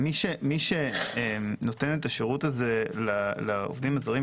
כאמור מי שנותן את השירות הזה לעובדים הזרים,